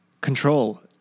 Control